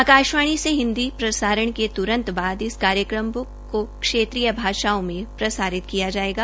आकाशवाणी से हिन्दी प्रसारण के तूरंत बाद इस कार्यक्रम को क्षेत्रीय भाषाओं में प्रसारित किया जायेगा